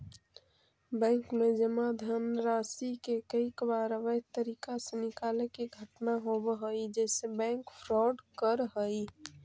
bank में जमा धनराशि के कईक बार अवैध तरीका से निकाले के घटना होवऽ हइ जेसे बैंक फ्रॉड करऽ हइ